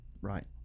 Right